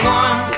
one